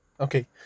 Okay